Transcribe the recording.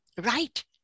right